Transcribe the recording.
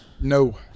No